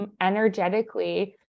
energetically